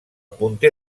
punter